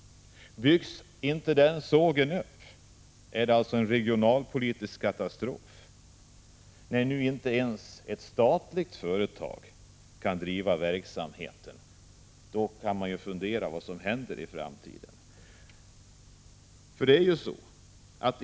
Om inte sågen byggs upp innebär det alltså en regionalpolitisk katastrof. När inte ens ett statligt företag kan driva verksamheten, då kan man fundera över vad som kommer att hända i framtiden.